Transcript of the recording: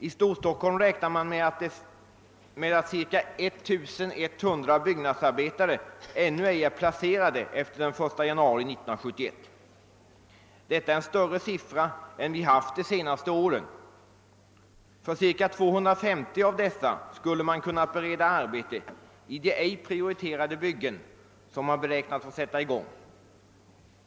I Storstockholm räknar man med att ca 1100 byggnadsarbetare ej är placerade efter den 1 januari 1971; det är en större siffra än vi haft under de senaste åren. För cirka 250 av dessa skul le man ha kunnat bereda arbete med de ej prioriterade byggen som man hade beräknat att få sätta i gång.